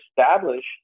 established